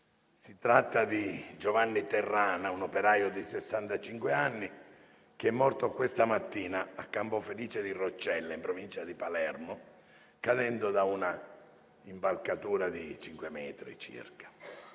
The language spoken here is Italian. si tratta di Giovanni Terrana, un operaio di sessantacinque anni, morto questa mattina a Campofelice di Roccella, in provincia di Palermo, cadendo da una impalcatura di circa